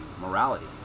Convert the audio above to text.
morality